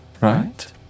right